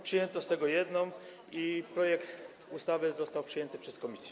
Przyjęto z tego jedną i projekt ustawy został przyjęty przez komisję.